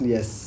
Yes